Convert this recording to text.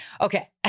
Okay